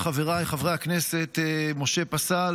חבר הכנסת הלוי,